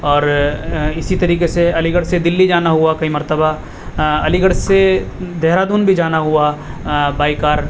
اور اسی طریقے سے علی گڑھ سے دلی جانا ہوا کئی مرتبہ علی گڑھ سے دہرادون بھی جانا ہوا بائی کار